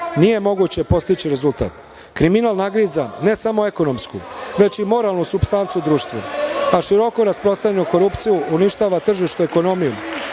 nije moguće postići rezultat. Kriminal nagriza ne samo ekonomsku, već i moralnu supstancu u društvu, a široko rasprostranjenu korupciju uništava tržišnu ekonomiju,